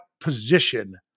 position